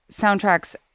soundtracks